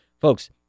Folks